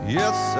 yes